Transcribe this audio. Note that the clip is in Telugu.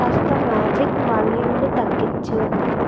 కాస్త మ్యాజిక్ వాల్యూంను తగ్గించు